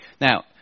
now